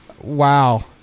Wow